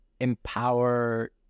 empower